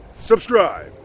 subscribe